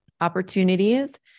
opportunities